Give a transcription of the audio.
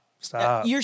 stop